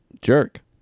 jerk